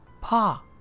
pa